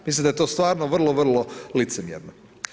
Mislim da je to stvarno vrlo, vrlo licemjerno.